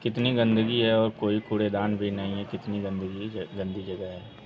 कितनी गंदगी है और कोई कूड़ेदान भी नहीं हैं कितनी गंदगी ज गंदी जगह है